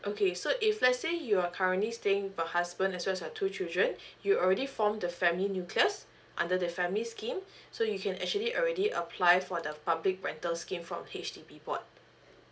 okay so if let's say you are currently staying with your husband as well as your two children you already formed the family nucleus under the family scheme so you can actually already apply for the public rental scheme from H_D_B board